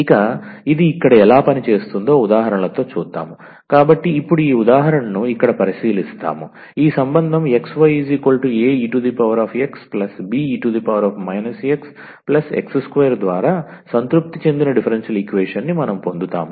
ఇక ఇది ఇక్కడ ఎలా పనిచేస్తుందో ఉదాహరణల తో చూద్దాం కాబట్టి ఇప్పుడు ఈ ఉదాహరణను ఇక్కడ పరిశీలిస్తాము ఈ సంబంధం xyaexbe xx2 ద్వారా సంతృప్తి చెందిన డిఫరెన్షియల్ ఈక్వేషన్ న్ని మనం పొందుతాము